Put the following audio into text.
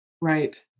Right